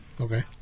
Okay